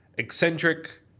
Eccentric